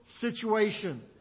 situation